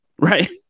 Right